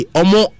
omo